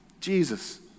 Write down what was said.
Jesus